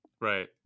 Right